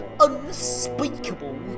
unspeakable